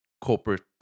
corporate